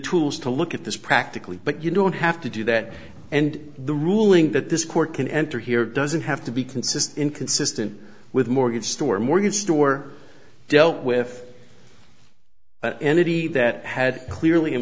tools to look at this practically but you don't have to do that and the ruling that this court can enter here doesn't have to be consist in consistent with more good storm or good store dealt with entity that had clearly and